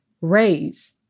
raise